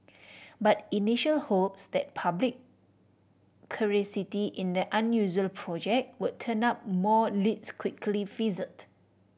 but initial hopes that public curiosity in the unusual project would turn up more leads quickly fizzled